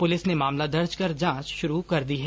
police ने मामला दर्ज कर जांच शुरू कर दी है